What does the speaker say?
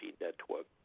network